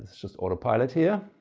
just autopilot here.